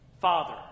Father